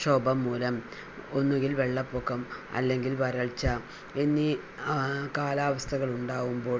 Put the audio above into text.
ക്ഷോഭം മൂലം ഒന്നുകിൽ വെള്ളപ്പൊക്കം അല്ലെങ്കിൽ വരൾച്ച എന്നീ കാലാവസ്ഥകളുണ്ടാവുമ്പോൾ